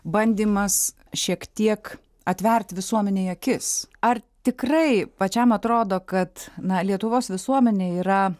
bandymas šiek tiek atvert visuomenei akis ar tikrai pačiam atrodo kad na lietuvos visuomenė yra